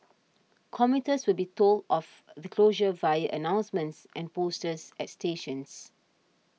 commuters will be told of the closures via announcements and posters at stations